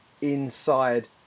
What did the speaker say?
inside